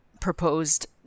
proposed